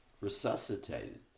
resuscitated